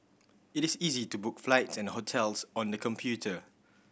it is easy to book flights and hotels on the computer